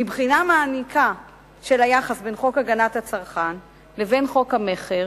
מבחינה מעמיקה של היחס בין חוק הגנת הצרכן לבין חוק המכר